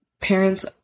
parents